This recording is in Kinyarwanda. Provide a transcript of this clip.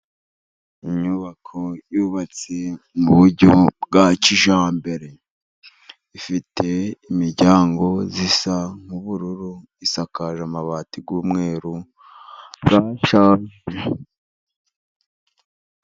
Inyubako yubatse mu buryo bwa kijyambere. Ifite imiryango isa nk'ubururu, isakaje amabati y'umweru yashaje.